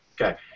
Okay